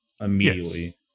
immediately